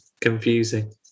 confusing